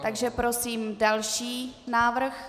Takže prosím další návrh.